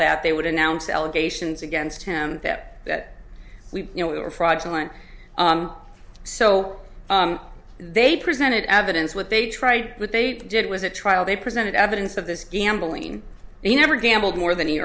that they would announce the allegations against him that that you know were fraudulent so they presented evidence what they tried with they did was a trial they presented evidence of this gambling he never gambled more than he